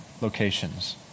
locations